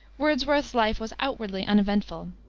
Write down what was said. wordsworth's life was outwardly uneventful.